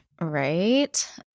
Right